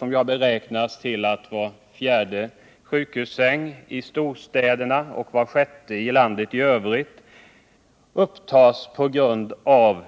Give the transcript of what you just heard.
Det har beräknats att var fjärde sjukhussäng i storstäderna och var sjätte i landet i övrigt upptas av personer